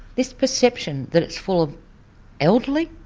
this perception that it's full of elderly,